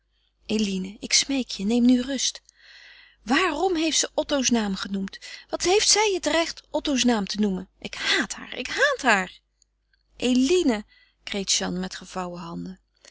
eline ik smeek je neem nu rust waarom heeft ze otto's naam genoemd wat heeft zij het recht otto's naam te noemen ik haat haar ik haat haar eline kreet jeanne met gevouwen handen